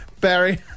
Barry